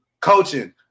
Coaching